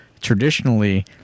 traditionally